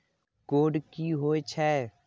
Code की होय छै?